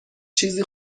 چیزی